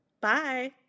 Bye